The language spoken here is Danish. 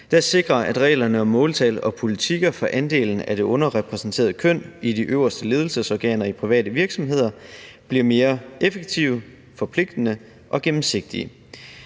der sikrer, at reglerne om måltal og politikker for andelen af det underrepræsenterede køn i de øverste ledelsesorganer i private virksomheder bliver mere effektive, forpligtende og gennemsigtige.